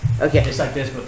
okay